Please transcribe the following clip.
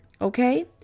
okay